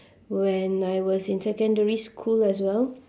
when I was in secondary school as well